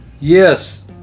Yes